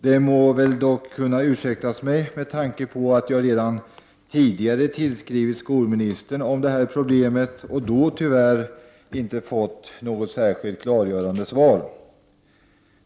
Det må väl dock kunna ursäktas mig med tanke på att jag redan tidigare vänt mig till skolministern med anledning av problemet och då tyvärr inte fått något särskilt klargörande svar.